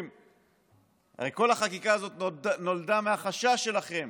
הרי כל החקיקה הזאת נולדה מהחשש שלכם